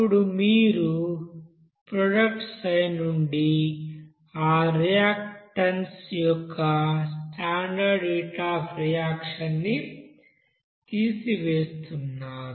అప్పుడు మీరు products side నుండి ఆ రియాక్టన్స్ యొక్క స్టాండర్డ్ హీట్ అఫ్ రియాక్షన్ ని తీసివేస్తున్నారు